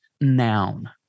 noun